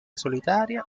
solitaria